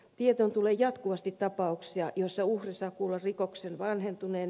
tietoon tulee jatkuvasti tapauksia joissa uhri saa kuulla rikoksen vanhentuneen